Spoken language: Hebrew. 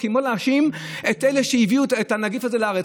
זה כמו להאשים את אלה שהביאו את הנגיף הזה לארץ.